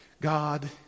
God